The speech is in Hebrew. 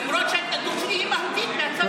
למרות שההתנגדות שלי היא מהותית מהצד השני,